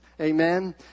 Amen